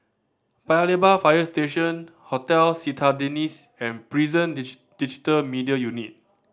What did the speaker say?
Paya Lebar Fire Station Hotel Citadines and Prison Digital Media Unit